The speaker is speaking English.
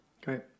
Great